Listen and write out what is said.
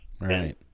right